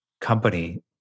company